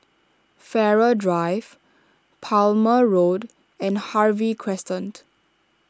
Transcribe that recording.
Farrer Drive Palmer Road and Harvey Crescent